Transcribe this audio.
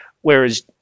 Whereas